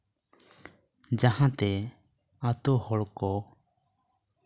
ᱡᱟᱦᱟᱸᱛᱮ ᱟᱛᱳ ᱦᱚᱲᱠᱚ